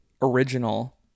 original